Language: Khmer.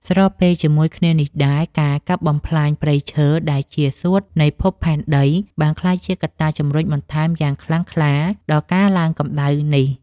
ស្របពេលជាមួយគ្នានេះដែរ ការកាប់បំផ្លាញព្រៃឈើដែលជា សួតនៃភពផែនដី បានក្លាយជាកត្តាជម្រុញបន្ថែមយ៉ាងខ្លាំងក្លាដល់ការឡើងកម្ដៅនេះ។